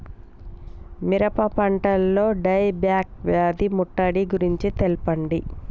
మిరప పంటలో die back వ్యాధి ముట్టడి గురించి తెల్పండి?